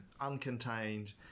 uncontained